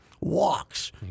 walks